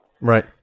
Right